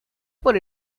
por